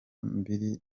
mbiri